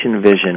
vision